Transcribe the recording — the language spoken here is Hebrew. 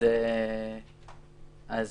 היא